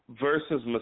versus